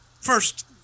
first